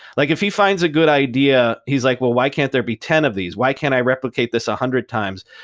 like if he finds a good idea, he's like, well, why can't there be ten of these? why can't i replicate this a one hundred times?